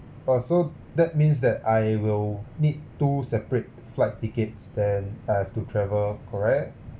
oh so that means that I will need two separate flight tickets then I have to travel correct